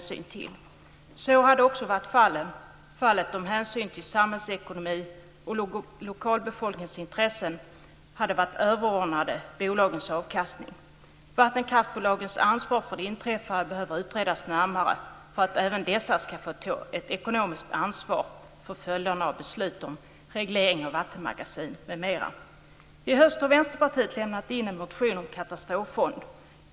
Så hade också varit fallet om hänsyn till samhällsekonomin och lokalbefolkningens intressen hade varit överordnat bolagens avkastning. Vattenkraftbolagens ansvar för det inträffade behöver utredas närmare för att även dessa ska få ta ett ekonomiskt ansvar för följderna av beslut om reglering av magasin m.m. I höst har Vänsterpartiet lämnat in en motion om katastroffond.